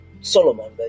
Solomon